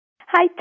Hi